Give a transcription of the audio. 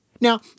Now